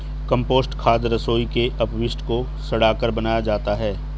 compost खाद रसोई के अपशिष्ट को सड़ाकर बनाया जाता है